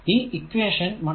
ഇത് ഇക്വേഷൻ 1